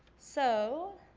so.